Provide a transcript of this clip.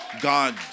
God